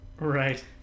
right